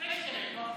אחרי שתרד, לא עכשיו.